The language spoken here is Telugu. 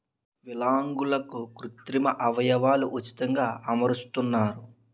విలాంగులకు కృత్రిమ అవయవాలు ఉచితంగా అమరుస్తున్నారు